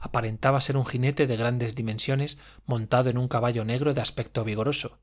aparentaba ser un jinete de grandes dimensiones montado en un caballo negro de aspecto vigoroso